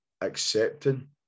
accepting